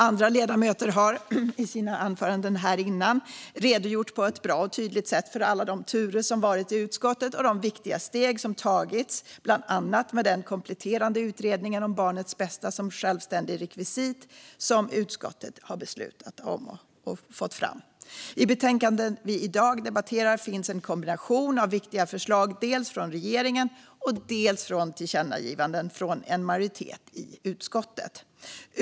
Andra ledamöter har i sina anföranden här tidigare redogjort på ett bra och tydligt sätt för alla de turer som har varit i utskottet och de viktiga steg som tagits, bland annat med den kompletterande utredning om barnets bästa som självständigt rekvisit som utskottet har beslutat om och fått fram. I betänkandet vi i dag debatterar finns en kombination av viktiga förslag dels från regeringen, dels i tillkännagivanden beslutade av en majoritet i utskottet.